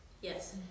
Yes